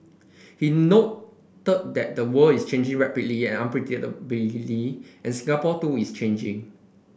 he noted that the world is changing rapidly and unpredictably and Singapore too is changing